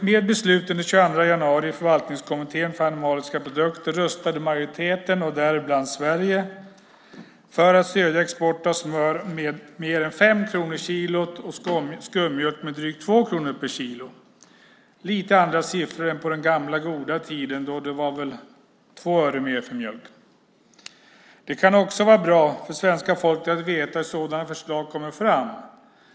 Med beslutet den 22 januari i förvaltningskommittén för animaliska produkter röstade majoriteten, däribland Sverige, för att stödja export av smör med mer än 5 kronor kilot och skummjölk med drygt 2 kronor per kilo. Det är lite andra siffror än på den gamla goda tiden då det var 2 öre mer för mjölken. Det kan också vara bra för svenska folket att veta hur sådana förslag kommer fram.